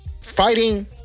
fighting